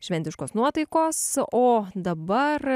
šventiškos nuotaikos o dabar